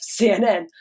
CNN